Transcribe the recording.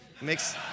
Makes